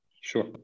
sure